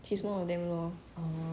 okay lah she !aiya! I